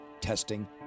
Testing